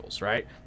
right